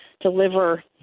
deliver